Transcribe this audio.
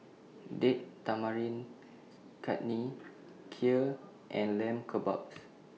Date Tamarind Chutney Kheer and Lamb Kebabs